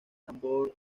tambor